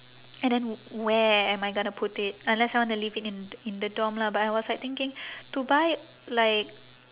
and then where am I gonna put it unless I want to leave it in in the dorm lah but I was like thinking to buy like